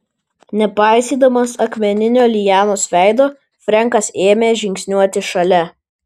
nepaisydamas akmeninio lianos veido frenkas ėmė žingsniuoti šalia